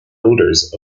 odors